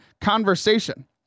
conversation